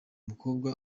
mukobwa